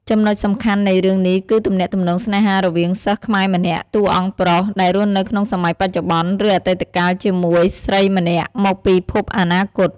ចំណុចសំខាន់នៃរឿងនេះគឺទំនាក់ទំនងស្នេហារវាង សិស្សខ្មែរម្នាក់ តួអង្គប្រុស ដែលរស់នៅក្នុងសម័យបច្ចុប្បន្ន ឬអតីតកាលជាមួយ ស្រីម្នាក់មកពីភពអនាគត ។